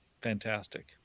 fantastic